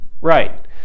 Right